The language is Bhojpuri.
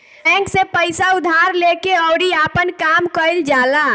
बैंक से पइसा उधार लेके अउरी आपन काम कईल जाला